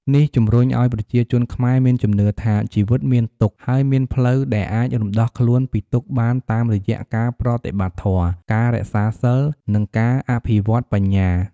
នេះជំរុញឱ្យប្រជាជនខ្មែរមានជំនឿថា ជីវិតមានទុក្ខ ហើយមានផ្លូវដែលអាចរំដោះខ្លួនពីទុក្ខបានតាមរយៈការប្រតិបត្តិធម៌ ការរក្សាសីល និងការអភិវឌ្ឍបញ្ញា។